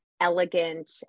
elegant